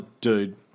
dude